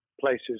places